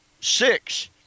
six